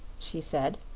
she said,